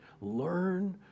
Learn